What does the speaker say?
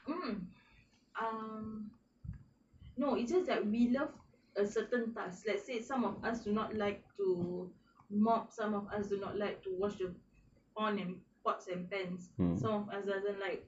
mm mm no it's just that we love a certain parts let's say some of us do not like to mop some of us do not like to watch them on him what's and bends south as doesn't like